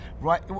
right